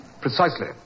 Precisely